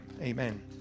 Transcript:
Amen